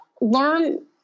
learn